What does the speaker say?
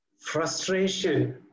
frustration